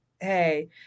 hey